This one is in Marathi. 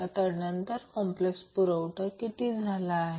आता नंतर कॉम्प्लेक्स पॉवर पुरवठा किती झाला आहे